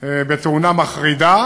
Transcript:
בתאונה מחרידה,